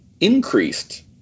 increased